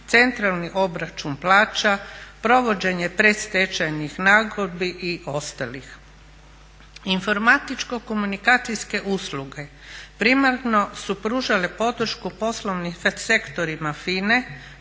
centralni obračun plaća, provođenje predstečajnih nagodbi i ostalih. Informatičko-komunikacijske usluge primarno su pružale podršku poslovnim sektorima FINA-e